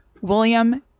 William